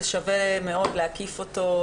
ששווה מאוד להקיף אותו,